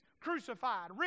crucified